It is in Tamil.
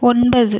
ஒன்பது